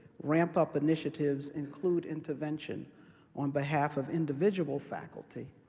ramp-up initiatives include intervention on behalf of individual faculty,